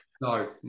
no